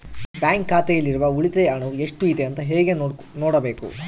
Bank ಖಾತೆಯಲ್ಲಿರುವ ಉಳಿತಾಯ ಹಣವು ಎಷ್ಟುಇದೆ ಅಂತ ಹೇಗೆ ನೋಡಬೇಕು?